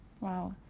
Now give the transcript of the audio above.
Wow